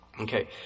okay